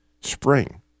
spring